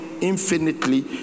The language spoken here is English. infinitely